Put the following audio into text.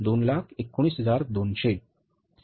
219200 ही मुख्य किंमत आहे